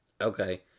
Okay